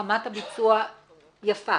רמת הביצוע יפה